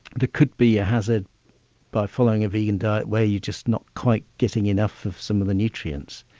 there could be a hazard by following a vegan diet, where you're just not quite getting enough of some of the nutrients.